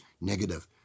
negative